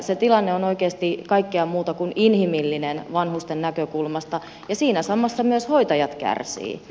se tilanne on oikeasti kaikkea muuta kuin inhimillinen vanhusten näkökulmasta ja siinä samassa myös hoitajat kärsivät